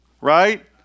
right